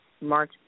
March